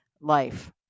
life